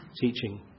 teaching